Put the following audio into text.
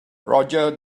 roger